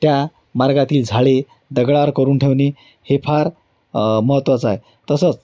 त्या मार्गातील झाडे दगडावर करून ठेवणे हे फार महत्त्वाचं आहे तसंच